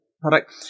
product